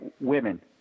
women